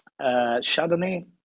Chardonnay